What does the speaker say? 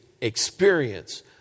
experience